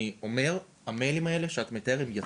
אני אומר, האימיילים האלו שאתה מתאר, הם יצאו.